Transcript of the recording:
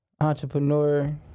Entrepreneur